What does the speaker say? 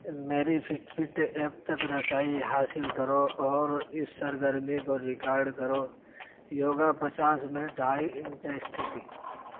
میری fit fit app تک رسائی حاصل کرو اور اس سرگرمی کو ریکارڈ کرو یوگا پچاس منٹ ہائی انٹیسٹیٹی